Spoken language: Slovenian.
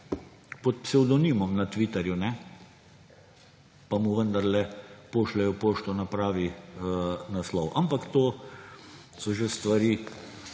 pod psevdonimom na Twitterju, pa mu vendarle pošljejo pošto na pravi naslov. Ampak to so že stvari,